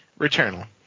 Returnal